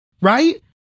right